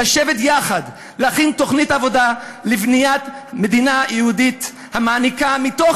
לשבת יחד להכין תוכנית עבודה לבניית מדינה יהודית המעניקה מתוך